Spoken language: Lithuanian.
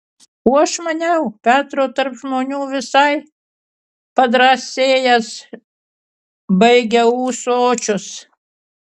o aš maniau petro tarp žmonių visai padrąsėjęs baigia ūsočius